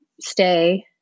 stay